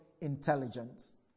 intelligence